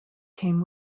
came